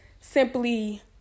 simply